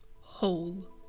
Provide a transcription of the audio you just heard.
whole